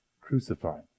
crucified